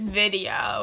video